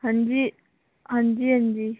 हाँ जी हाँ जी हाँ जी